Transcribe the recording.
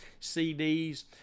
CDs